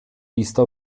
vista